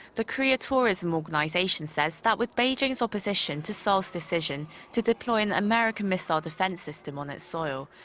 the korea tourism organization says that with beijing's opposition to seoul's decision to deploy an american missile defense system on its soil,